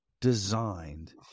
designed